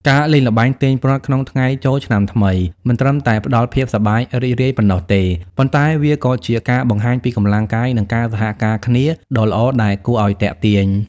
ការលេងល្បែង "ទាញព្រ័ត្រ" ក្នុងថ្ងៃចូលឆ្នាំថ្មី មិនត្រឹមតែផ្ដល់ភាពសប្បាយរីករាយប៉ុណ្ណោះទេ ប៉ុន្តែវាក៏ជាការបង្ហាញពីកម្លាំងកាយ និងការសហការគ្នាដ៏ល្អដែលគួរឱ្យទាក់ទាញ។